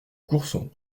courson